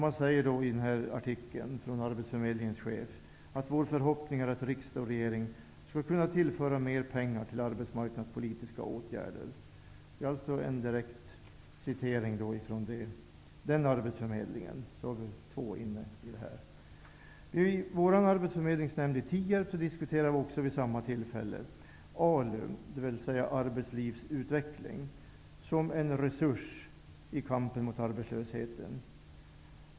Det sägs i artikeln från arbetsförmedlingens chef: Vår förhoppning är att riksdag och regering skall kunna tillföra mer pengar till arbetsmarknadspolitiska åtgärder. Vid vår arbetsförmedlingsnämnd i Tierp diskuterade vi vid vårt möte för någon vecka sedan även ALU, dvs. arbetslivsutveckling, som en resurs i kampen mot arbetslösheten.